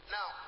Now